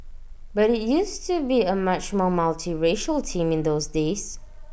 but IT used to be A much more multiracial team in those days